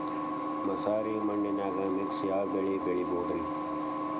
ಮಸಾರಿ ಮಣ್ಣನ್ಯಾಗ ಮಿಕ್ಸ್ ಯಾವ ಬೆಳಿ ಬೆಳಿಬೊದ್ರೇ?